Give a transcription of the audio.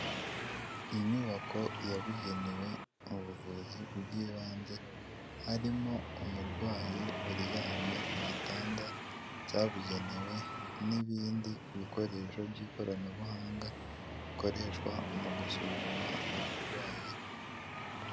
Inyubako yabugenewe mu buvuzi bw'ibanze harimo umurwayi uryamye ku gitanda cyabugenewe n'ibindi bikoresho by'ikoranabuhanga bikoreshwa mu gusuzuma uburwayi.